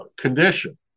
condition